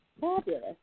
Fabulous